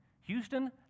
Houston